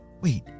Wait